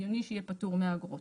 הגיוני שיהיה פטור מאגרות.